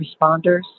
responders